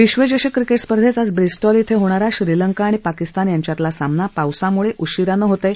विश्वचषक क्रिकेट स्पर्धेत आज ब्रिस्टॉल धिं होणारा श्रीलंका आणि पाकिस्तान यांच्यातला सामना पावसामुळं उशिरानं होत आहे